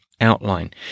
outline